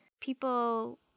people